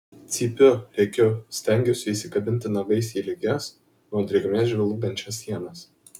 cypiu rėkiu stengiuosi įsikabinti nagais į lygias nuo drėgmės žvilgančias sienas